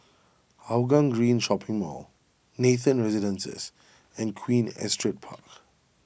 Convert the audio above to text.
Hougang Green Shopping Mall Nathan Residences and Queen Astrid Park